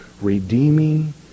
redeeming